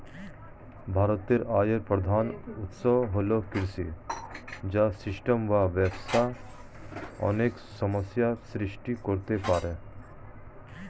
ভারতের আয়ের প্রধান উৎস হল কৃষি, যা সিস্টেমে বা ব্যবস্থায় অনেক সমস্যা সৃষ্টি করতে পারে